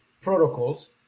protocols